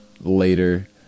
later